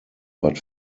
but